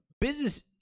business